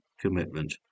commitment